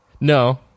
No